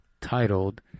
titled